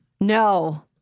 No